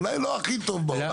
אולי לא הכי טוב בעולם.